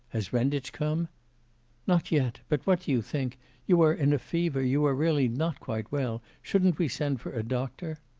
has renditch come not yet but what do you think you are in a fever, you are really not quite well, shouldn't we send for a doctor